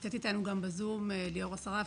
נמצאת איתנו בזום ליאור אסרף,